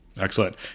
Excellent